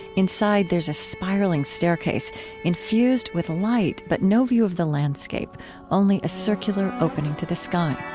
inside, there's a spiraling staircase infused with light but no view of the landscape only a circular opening to the sky